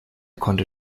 konnte